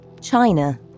China